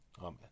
Amen